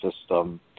system